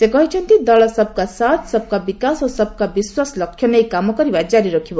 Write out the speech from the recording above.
ସେ କହିଛନ୍ତି ଦଳ ସବ୍ କା ସାଥ୍ ସବ୍ କା ବିକାଶ ଓ ସବ୍ କା ବିଶ୍ୱାସ ଲକ୍ଷ୍ୟ ନେଇ କାମ କରିବା ଜାରି ରଖିବ